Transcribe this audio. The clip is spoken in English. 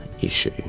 issue